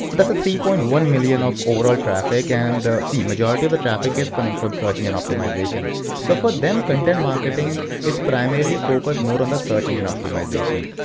but that's a three point one million of oral traffic, and see majority of the traffic is coming from search engine optimization. so for them, content marketing is primarily focused more on search engine optimization.